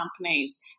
companies